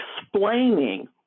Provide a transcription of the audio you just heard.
explaining